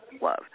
love